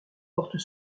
portent